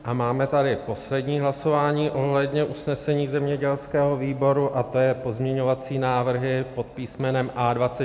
A máme tady poslední hlasování ohledně usnesení zemědělského výboru a to jsou pozměňovací návrhy pod písmenem A24 až A26.